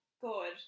good